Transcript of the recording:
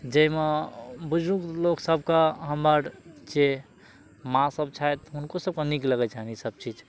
जैमे बुजुर्ग लोक सबके हमर जे माँ सब छथि हुनको सबके नीक लगय छनि ई सब चीज